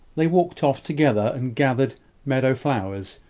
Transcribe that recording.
they walked off together, and gathered meadow flowers,